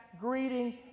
greeting